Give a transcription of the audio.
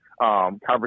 conversation